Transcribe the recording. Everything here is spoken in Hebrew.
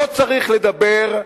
לא צריך לדבר".